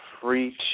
free